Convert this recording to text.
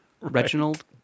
Reginald